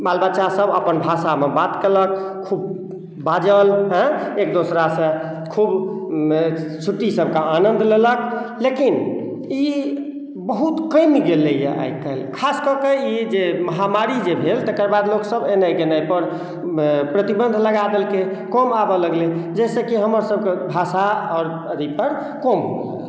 बाल बच्चा सब अपन भाषा मे बात केलक खूब बाजल एक दोसरा से छुट्टी सबके आनन्द लेलक लेकिन ई बहुत कमि गेलैया आइ काल्हि खास कऽ के ई जे महामारी जे भेल तेकर बाद लोकसब एनाइ गेनाइ पर प्रतिबंध लगा देलकै कम आबऽ लगलै जाहिसॅं कि हमरा सबके भाषा आओर अथी पर पर कम